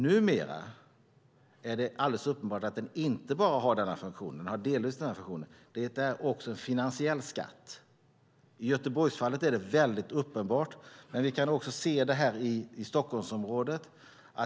Numera är det alldeles uppenbart att den inte bara har denna funktion - den har delvis denna funktion, men det är också en finansiell skatt. I Göteborgsfallet är det väldigt uppenbart, men vi kan se det också här i Stockholmsområdet.